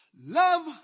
Love